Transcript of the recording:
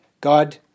God